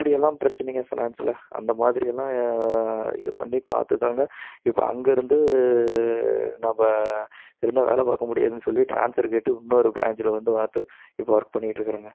இப்படி எல்லாம் பிரச்சனைங்க ஃபினான்ஸில் அந்த மாதிரி எல்லாம் இது பண்ணி பார்த்து தாங்க இப்போ அங்கே இருந்து நம்ம இருந்தால் வேலை பார்க்க முடியாதுனு சொல்லி ட்ரான்ஸ்வர் கேட்டு இன்னொரு பிராஞ்சில் வந்து பார்த்து இப்போது ஒர்க் பண்ணிக்கிட்டு இருக்கிறேங்க